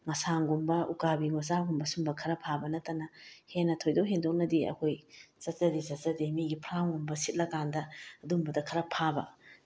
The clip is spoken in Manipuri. ꯉꯁꯥꯡꯒꯨꯝꯕ ꯎꯀꯥꯕꯤ ꯃꯆꯥꯒꯨꯝꯕ ꯁꯨꯒꯨꯝꯕ ꯈꯔ ꯐꯥꯕ ꯅꯠꯇꯅ ꯍꯦꯟꯅ ꯊꯣꯏꯗꯣꯛ ꯍꯦꯟꯗꯣꯛꯅꯗꯤ ꯑꯩꯈꯣꯏ ꯆꯠꯆꯗꯤ ꯆꯠꯆꯗꯦ ꯃꯤꯒꯤ ꯐꯥꯔꯝꯒꯨꯝꯕ ꯁꯤꯠꯂ ꯀꯥꯟꯗ ꯑꯗꯨꯒꯨꯝꯕꯗ ꯈꯔ ꯐꯥꯕ